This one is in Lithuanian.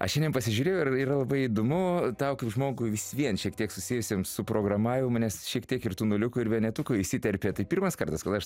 aš šiandien pasižiūrėjau ir yra labai įdomu tau kaip žmogui vis vien šiek tiek susijusiam su programavimu nes šiek tiek ir tų nuliukų ir vienetukų įsiterpė tai pirmas kartas kada aš